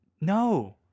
No